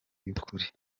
y’ukuri